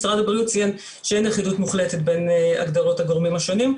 משרד הבריאות ציין שאין אחידות מוחלטת בין הגדרות הגורמים השונים,